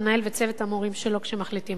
וצוות המורים שלו כשמחליטים על כך.